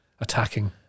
attacking